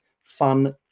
fun